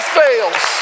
fails